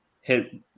hit